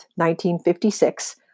1956